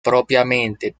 propiamente